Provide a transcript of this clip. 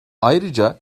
ayrıca